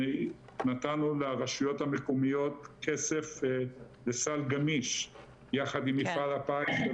נתנו לרשויות המקומיות כסף לסל גמיש יחד עם מפעל הפיס.